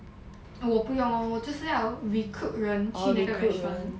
oh 我不用 lor 我就要 recruit 人去那个 restaurant